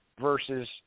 versus